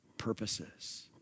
purposes